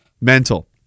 Mental